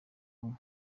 kumwe